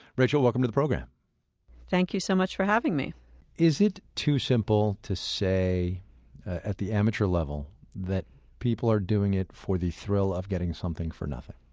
rachel, welcome to the program thank you so much for having me is it too simple to say at the amateur level that people are doing it for the thrill of getting something for nothing?